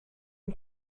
dem